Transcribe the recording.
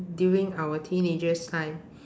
during our teenagers time